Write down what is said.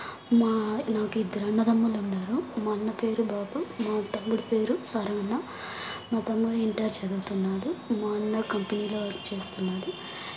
మా నాకిద్దరు అన్నదమ్ములు ఉన్నారు మా అన్న పేరు బాబు మా తమ్ముడు పేరు సరోనా మా తమ్ముడు ఇంటర్ చదువుతున్నాడు మా అన్న కంపెనీలో వర్క్ చేస్తున్నాడు